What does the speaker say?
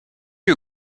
you